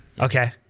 Okay